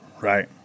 Right